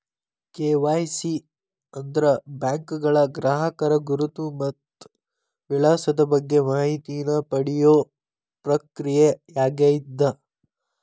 KYC ಅಂದ್ರ ಬ್ಯಾಂಕ್ಗಳ ಗ್ರಾಹಕರ ಗುರುತು ಮತ್ತ ವಿಳಾಸದ ಬಗ್ಗೆ ಮಾಹಿತಿನ ಪಡಿಯೋ ಪ್ರಕ್ರಿಯೆಯಾಗ್ಯದ